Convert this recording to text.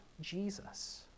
Jesus